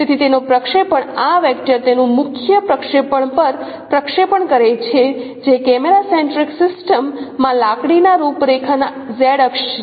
તેથી તેનો પ્રક્ષેપણ આ વેક્ટર તેનું મુખ્ય પ્રક્ષેપણ પર પ્રક્ષેપણ કરે છે જે કેમેરા સેન્ટ્રિક સિસ્ટમ માં લાકડીના રૂપરેખાના Z અક્ષ છે